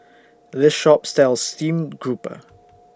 This Shop sells Steamed Grouper